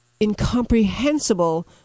incomprehensible